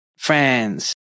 Friends